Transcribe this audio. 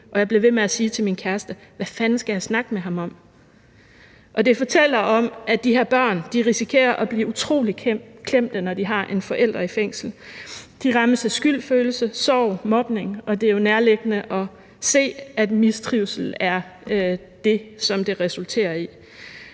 jeg blev ved med at sige til min kæreste: Hvad fanden skal jeg snakke med ham om?« Det fortæller om, at de her børn risikerer at blive utrolig klemte, når de har en forælder i fængsel. De rammes af skyldfølelse, sorg, mobning, og det er jo nærliggende at se, at mistrivsel er det, som det resulterer i.